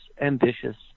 ambitious